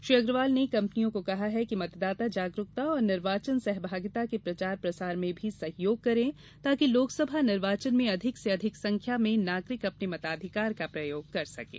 श्री अग्रवाल ने कंपनियों को कहा कि मतदाता जागरूकता एवं निर्वाचन सहभागिता के प्रचार प्रसार में भी सहयोग करें ताकि लोकसभा निर्वाचन में अधिक से अधिक संख्या में नागरिक अपने मताधिकार का प्रयोग कर सकें